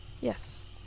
Yes